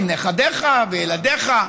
עם נכדיך וילדיך.